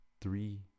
three